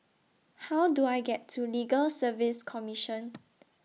How Do I get to Legal Service Commission